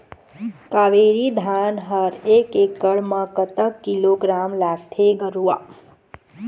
कावेरी धान हर एकड़ म कतक किलोग्राम लगाथें गरवा?